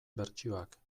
bertsioak